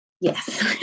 Yes